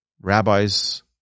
rabbis